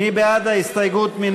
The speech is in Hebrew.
מי בעד ההסתייגות?